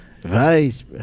Vice